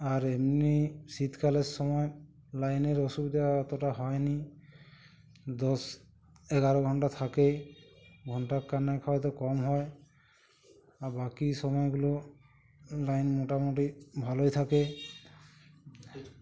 আর এমনি শীতকালের সময় লাইনের অসুবিধা এতোটা হয় নি দশ এগারো ঘন্টা থাকে ঘন্টা খানেক হয়তো কম হয় আর বাকি সময়গুলো লাইন মোটামুটি ভালোই থাকে